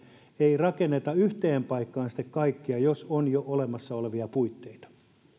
ei rakenneta yhteen paikkaan sitten kaikkea jos on jo olemassa olevia puitteita